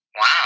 Wow